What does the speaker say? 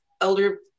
elder